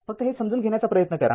फक्त हे समजून घेण्याचा प्रयत्न करा